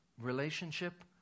relationship